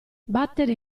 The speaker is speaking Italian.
battere